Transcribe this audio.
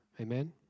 Amen